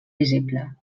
visible